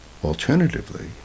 Alternatively